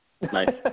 Nice